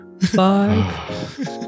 five